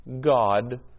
god